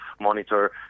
monitor